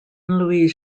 louis